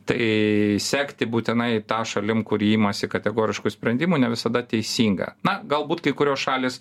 tai sekti būtinai ta šalim kuri imasi kategoriškų sprendimų ne visada teisinga na galbūt kai kurios šalys